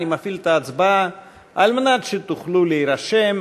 אני מפעיל את ההצבעה כדי שתוכלו להירשם.